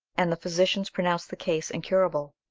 and the physicians pronounced the case incurable.